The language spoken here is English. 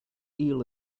eel